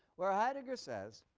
where heidegger says,